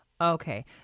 Okay